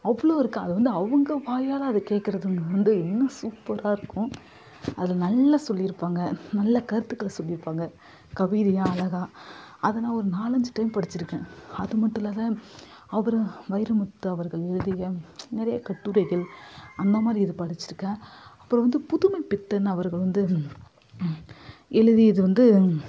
அவ்ளோயிருக்கு அதை வந்து அவங்க வாயால் அதை கேக்கிறது வந்து இன்னும் சூப்பராக இருக்கும் அதில் நல்லா சொல்லியிருப்பாங்க நல்ல கருத்துக்களை சொல்லியிருப்பாங்க கவிதையாக அழகாக அதை நான் ஒரு நாலஞ்சு டைம் படித்திருக்கேன் அது மட்டும் இல்லாம அவர் வைரமுத்து அவர்கள் எழுதிய நிறைய கட்டுரைகள் அந்தமாதிரி இது படித்திருக்கேன் அப்புறம் வந்து புதுமை பித்தன் அவர்கள் வந்து எழுதியது வந்து